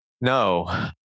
No